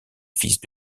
fils